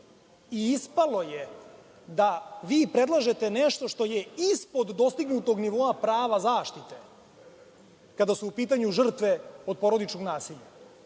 i ispalo je da vi predlažete nešto što je ispod dostignutog nivoa prava zaštite kada su u pitanju žrtve od porodičnog nasilja.